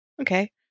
okay